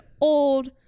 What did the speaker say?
old